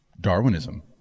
Darwinism